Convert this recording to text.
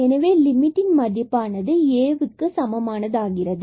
எனவே லிமிட் ஆனது Aக்கு சமமானது